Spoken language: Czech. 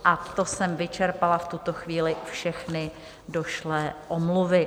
A to jsem vyčerpala v tuto chvíli všechny došlé omluvy.